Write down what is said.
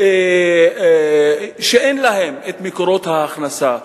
שאין להן מקורות הכנסה,